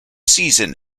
season